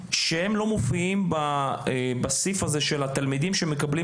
שהם לא מופיעים בסעיף של התלמידים שמקבלים